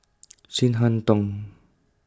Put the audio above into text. Chin Harn Tong